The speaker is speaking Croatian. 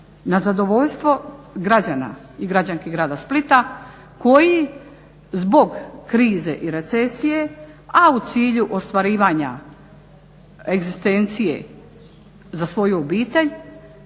na zadovoljstvo građana i građanki grada Splita koji zbog krize i recesije, a u cilju ostvarivanja egzistencije za svoju obitelj